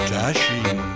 dashing